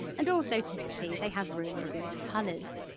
and also typically they have really good colours.